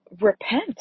repent